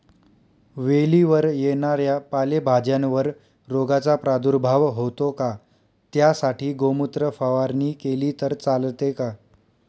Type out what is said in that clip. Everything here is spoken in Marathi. वेलीवर येणाऱ्या पालेभाज्यांवर रोगाचा प्रादुर्भाव होतो का? त्यासाठी गोमूत्र फवारणी केली तर चालते का?